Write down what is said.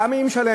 כמה היא משלמת,